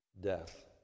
death